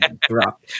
Drop